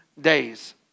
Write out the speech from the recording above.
days